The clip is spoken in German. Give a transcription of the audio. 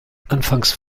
anfangs